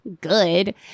good